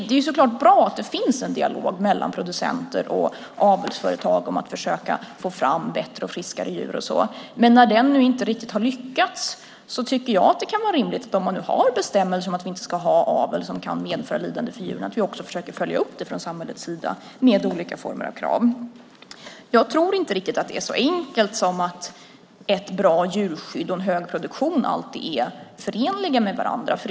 Det är så klart bra att det finns en dialog mellan producenter och avelsföretag om att försöka få fram bättre och friskare djur, men när den nu inte riktigt har lyckats tycker jag att det kan vara rimligt, om vi nu har bestämmelser om att vi inte ska ha avel som kan medföra lidande för djuren, att vi också från samhällets sida följer upp detta med olika former av krav. Jag tror inte riktigt att det är så enkelt som att ett bra djurskydd och en hög produktion alltid är förenliga med varandra.